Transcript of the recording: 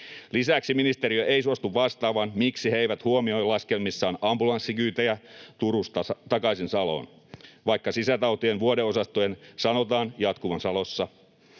Lisäksi ministeriö ei suostu vastaamaan, miksi he eivät huomioi laskelmissaan ambulanssikyytejä Turusta takaisin Saloon, vaikka sisätautien vuodeosastojen sanotaan jatkuvan Salossa.